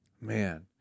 man